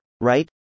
right